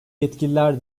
yetkililer